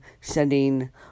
sending